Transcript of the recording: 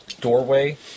doorway